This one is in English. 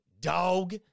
dog